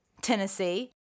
Tennessee